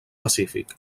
pacífic